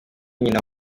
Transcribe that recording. nyina